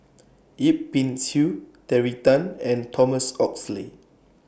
Yip Pin Xiu Terry Tan and Thomas Oxley